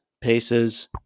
paces